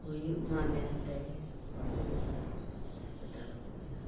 ᱦᱩᱭᱩᱜ ᱢᱟ ᱢᱮᱱᱛᱮ ᱚᱥᱩᱵᱤᱫᱟ ᱦᱚᱸᱥᱯᱤᱴᱟᱞ ᱠᱚ ᱵᱮᱱᱟᱣ ᱠᱟᱱᱟ